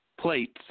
Plates